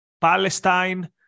Palestine